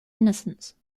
innocence